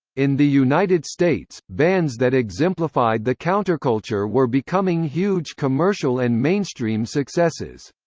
in the united states, bands that exemplified the counterculture were becoming huge commercial and mainstream successes.